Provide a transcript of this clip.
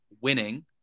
winning